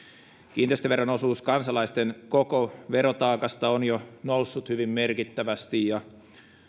kiinteistöveron osuus kansalaisten koko verotaakasta on jo noussut hyvin merkittävästi ja